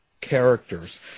characters